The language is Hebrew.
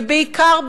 ובעיקר,